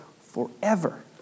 forever